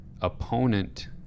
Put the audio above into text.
opponent